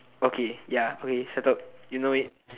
okay ya okay settled you know it